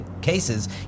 cases